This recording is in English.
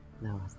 No